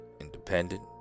independent